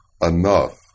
enough